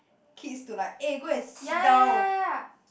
kids to like eh go and sit down